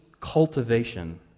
cultivation